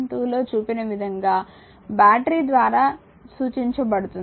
2 లో చూపిన విధంగా బ్యాటరీ ద్వారా సూచించబడుతుంది